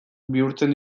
bihurtzen